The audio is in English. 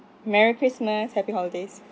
merry christmas happy holidays